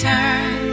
Turn